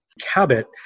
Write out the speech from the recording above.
Cabot